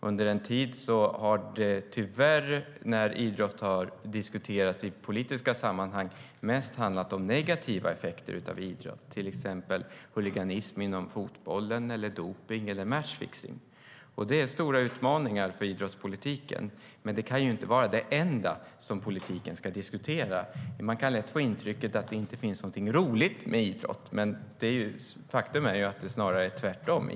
Under en tid har det tyvärr när idrott diskuterats i politiska sammanhang mest handlat om negativa effekter av idrott, till exempel huliganism inom fotbollen, dopning eller "matchfixning". Det är stora utmaningar för idrottspolitiken, men det kan inte vara det enda som politiken ska diskutera. Man kan lätt få intrycket att det inte finns någonting roligt med idrott. Men faktum är att det snarare är tvärtom.